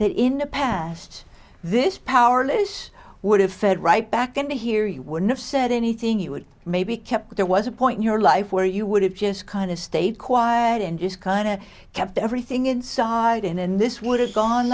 that in the past this powerless would have fed right back going to hear you wouldn't have said anything you would maybe kept but there was a point in your life where you would have just kind of stayed quiet and just kind of kept everything inside and then this would have gone